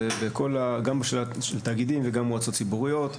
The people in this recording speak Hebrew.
גם של תאגידים וגם מועצות ציבוריות,